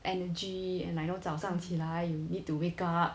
energy and like know 早上起来 you need to wake up